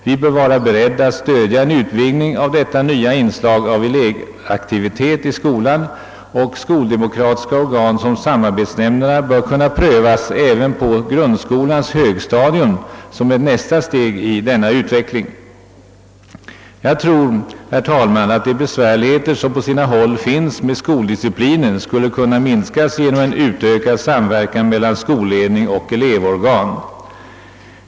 Vi bör vara beredda att stödja en utvidgning av detta nya inslag av elevaktivitet i skolan, och skoldemokratiska organ som samarbetsnämnderna bör kunna prövas även på grundskolans högstadium som nästa steg i denna utveckling. Herr talman! Jag tror att de besvärligheter som på sina håll finns beträffande skoldisciplinen skulle kunna minskas genom en utökad samverkan mellan skolledning och elevorgan.